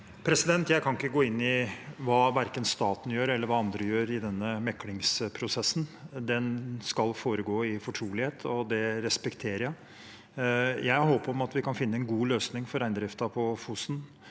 Jeg kan ikke gå inn i hva verken staten eller andre gjør i denne meklingsprosessen. Den skal foregå i fortrolighet, og det respekterer jeg. Jeg har håp om at vi kan finne en god løsning for reindriften på Fosen